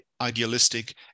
idealistic